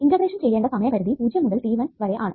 integration ചെയ്യണ്ട സമയ പരിധി 0 മുതൽ t1 വരെ ആണ്